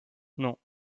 non